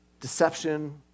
deception